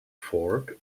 fork